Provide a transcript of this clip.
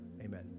amen